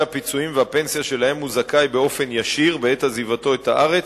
הפיצויים והפנסיה שלהם הוא זכאי באופן ישיר בעת עזיבתו את הארץ,